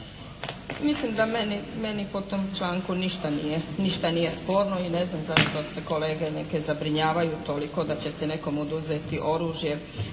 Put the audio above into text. Mislim da meni po tom članku ništa nije sporno i ne znam zašto se kolege neke zabrinjavaju toliko da će se nekome oduzeti oružje